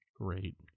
great